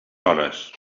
hores